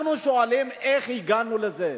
אנחנו שואלים: איך הגענו לזה?